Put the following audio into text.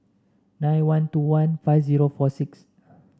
nine one two one five zero four six